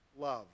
love